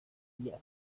yet